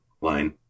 line